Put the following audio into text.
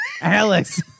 Alex